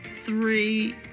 three